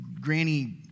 Granny